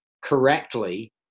correctly